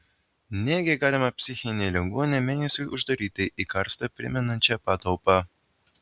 negi galima psichinį ligonį mėnesiui uždaryti į karstą primenančią patalpą